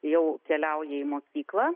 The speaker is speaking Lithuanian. jau keliauja į mokyklą